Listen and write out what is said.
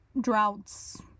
droughts